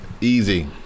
Easy